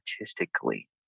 artistically